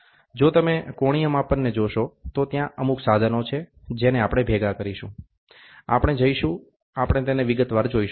જો તમે કોણીય માપનને જોશો તો ત્યાં અમુક સાધનો છે જેને આપણે ભેગા કરીશું આપણે જઇશુ આપણે તેને વિગતવાર જોઇશું